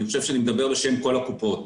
אני חושב שאני מדבר בשם כל הקופות.